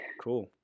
Cool